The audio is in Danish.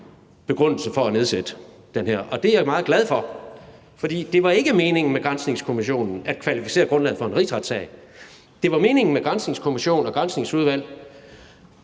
begrundelse for at nedsætte den her kommission, og det er jeg meget glad for. For det var ikke meningen med granskningskommissionen at kvalificere grundlaget for en rigsretssag. Det var meningen med granskningskommissionen og Granskningsudvalget